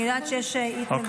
אני יודעת שיש התנגדויות לזה.